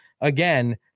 again